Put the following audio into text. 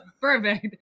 Perfect